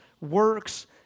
works